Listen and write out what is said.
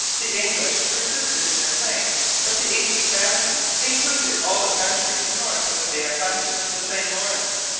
the english persisted in their claim that the ancient boundaries included all the country north of the bay of fundy to the st lawrence,